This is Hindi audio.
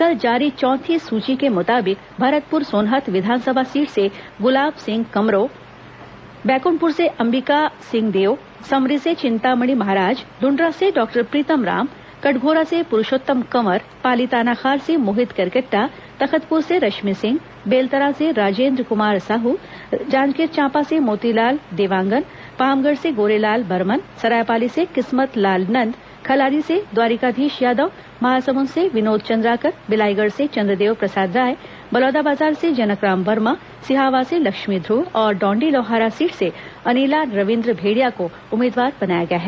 कल जारी चौथी सूची के मुताबिक भरतपुर सोनहत विधानसभा सीट से गुलाब सिंह कमरो बैकुंठपुर से अंबिका सिंहदेव समरी से चिंतामणि महाराज लुंड्रा से डॉक्टर प्रीतम राम कठघोरा से पुरुषोत्तम कंवर पाली तानाखार से मोहित केरकेट्टा तखतपुर से रश्मि सिंह बेलतरा से राजेंद्र कुमार साहू जांजगीर चांपा से मोतीलाल देवांगन पामगढ़ से गोरेलाल बर्मन सरायपाली से किस्मत लाल नंद खल्लारी से द्वारिकाधीश यादव महासमुंद से विनोद चंद्राकर बिलाईगढ़ से चंद्रदेव प्रसाद राय बलौदाबाजार से जनकराम वर्मा सिहावा से लक्ष्मी ध्र्व और डौंडीलोहारा सीट से अनिला रविंद्र भेंडिया को उम्मीदवार बनाया गया है